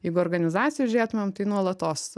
jeigu organizacijoj žiūrėtumėm tai nuolatos